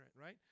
right